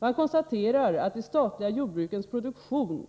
Man konstaterar att de statliga jordbrukens produktion